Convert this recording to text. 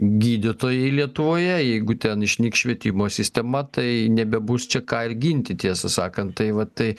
gydytojai lietuvoje jeigu ten išnyks švietimo sistema tai nebebus čia ką ir ginti tiesą sakant tai va tai